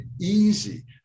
easy